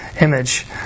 image